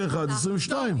2021 2022,